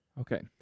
Okay